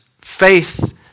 faith